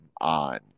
on